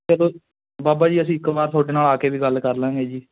ਬਾਬਾ ਜੀ ਅਸੀਂ ਇੱਕ ਵਾਰ ਤੁਹਾਡੇ ਨਾਲ ਆ ਕੇ ਵੀ ਗੱਲ ਕਰ ਲਵਾਂਗੇ ਜੀ